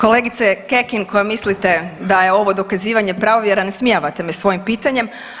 Kolegice Kekin koja mislite da je ovo dokazivanje pravovjeran, ismijavate me svojim pitanjem.